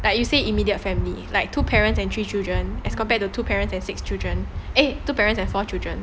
like you said immediate family like two parents and three children as compared to two parents and six children eh two parents and four children